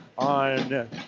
On